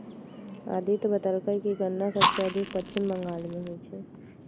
अदित्य बतलकई कि गन्ना सबसे अधिक पश्चिम बंगाल में होई छई